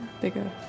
bigger